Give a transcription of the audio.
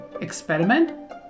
experiment